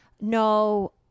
No